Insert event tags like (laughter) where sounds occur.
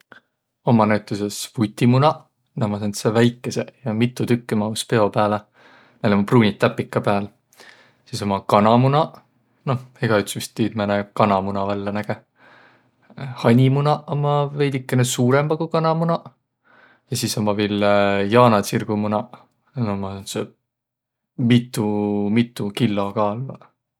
Ummaq näütüses vutimunaq, näq ummaq säändseq väikeseq ja mitu tükkü mahus peopesä pääle, nail ummaq pruuniq täpiq ka pääl. Sis ummaq kanamunaq, noh egäüts vist tiid, määne kanamuna vällä näge. Hanimunaq ummaq veidikene suurõmbaq ku kanamunaq. Ja sis ummaq viil (hesitation) jaanatsirgu munaq, nuuq ummaq säändseq mitu mitu killo kaaldvaq.